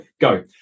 go